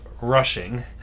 rushing